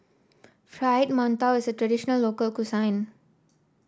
Fried Mantou is a traditional local